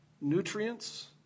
nutrients